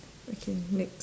okay next